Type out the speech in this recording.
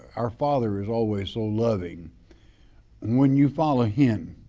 our father is always so loving. and when you follow him,